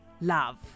love